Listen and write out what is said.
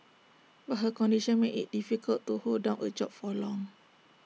but her condition made IT difficult to hold down A job for long